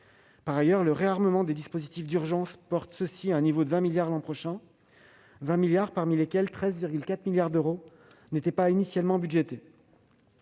Par ailleurs, le réarmement des dispositifs d'urgence porte ceux-ci à un niveau de 20 milliards d'euros l'an prochain, parmi lesquels 13,4 milliards d'euros n'étaient pas initialement budgétés.